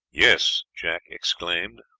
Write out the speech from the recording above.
yes! jack exclaimed,